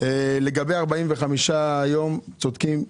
לגבי 45 ימים, צודקים.